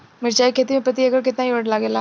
मिरचाई के खेती मे प्रति एकड़ केतना यूरिया लागे ला?